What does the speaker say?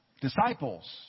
Disciples